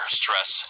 stress